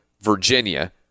Virginia